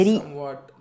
somewhat